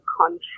country